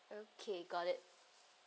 okay got it